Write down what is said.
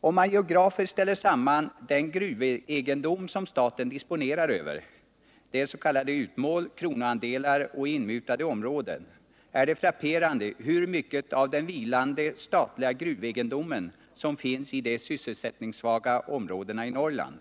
Om man geografiskt ställer samman den gruvegendom som staten disponerar över —s.k. utmål, kronoandelar och inmutade områden — är det frapperande hur mycket av den vilande statliga gruvegendomen som finns i de sysselsättningssvaga områdena i Norrland.